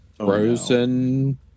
Frozen